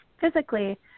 physically